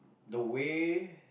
the way